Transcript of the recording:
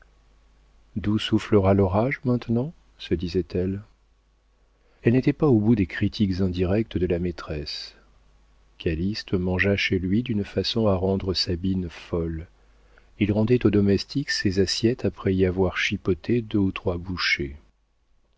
d'où soufflera l'orage maintenant se disait-elle elle n'était pas au bout des critiques indirectes de la maîtresse calyste mangea chez lui d'une façon à rendre sabine folle il rendait au domestique ses assiettes après y avoir chipoté deux ou trois bouchées